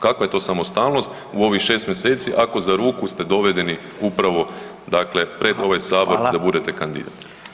Kakva je to samostalnost u ovih 6 mj. ako za ruku ste dovedeni upravo dakle pred ovaj Sabor da budete kandidat.